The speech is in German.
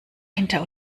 hinter